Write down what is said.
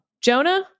Jonah